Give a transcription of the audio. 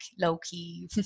low-key